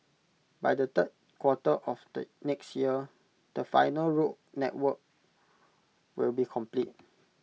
by the third quarter of next year the final road network will be complete